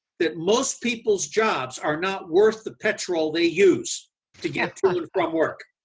that most people's jobs are not worth the petrol they use to get to and from work.